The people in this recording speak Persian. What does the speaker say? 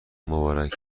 مبارک